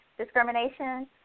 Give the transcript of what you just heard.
discrimination